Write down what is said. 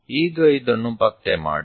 ಈಗ ಇದನ್ನು ಪತ್ತೆ ಮಾಡಿ